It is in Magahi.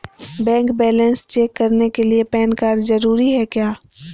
बैंक बैलेंस चेक करने के लिए पैन कार्ड जरूरी है क्या?